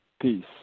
Peace